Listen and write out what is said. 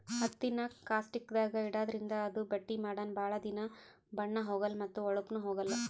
ಹತ್ತಿನಾ ಕಾಸ್ಟಿಕ್ದಾಗ್ ಇಡಾದ್ರಿಂದ ಅದು ಬಟ್ಟಿ ಮಾಡನ ಭಾಳ್ ದಿನಾ ಬಣ್ಣಾ ಹೋಗಲಾ ಮತ್ತ್ ಹೋಳಪ್ನು ಹೋಗಲ್